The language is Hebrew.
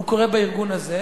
הוא קורה בארגון הזה,